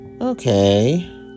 Okay